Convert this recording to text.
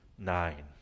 nine